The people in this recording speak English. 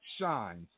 shines